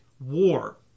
war